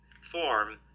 form